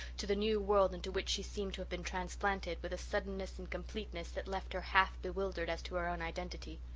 to the new world into which she seemed to have been transplanted with a suddenness and completeness that left her half bewildered as to her own identity.